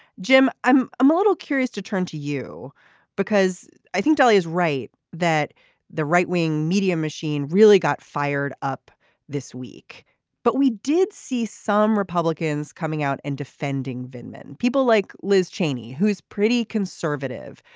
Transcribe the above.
jim i'm a little curious to turn to you because i think paul is right that the right wing media machine really got fired up this week but we did see some republicans coming out and defending vincent and people like liz cheney who is pretty conservative.